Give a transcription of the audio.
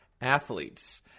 athletes